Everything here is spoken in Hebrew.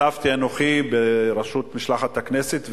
עמדתי אנוכי בראשות משלחת הכנסת,